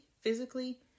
physically